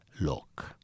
look